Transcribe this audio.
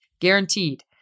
Guaranteed